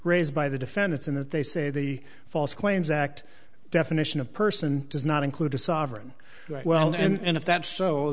raised by the defendants in that they say the false claims act definition of person does not include a sovereign right well and if that's so